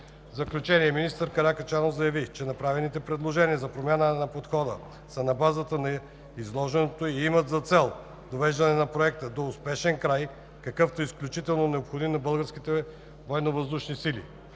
заключение, министър Каракачанов заяви, че направените предложения за промяна на подхода са на базата на изложеното и имат за цел довеждане на Проекта до успешен край, какъвто е изключително необходим за българските Военновъздушни сили.